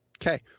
okay